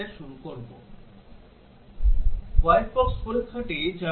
এবং এখন আমরা কিছু হোয়াইট বক্স পরীক্ষার কৌশল দেখতে শুরু করব